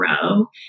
grow